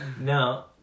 No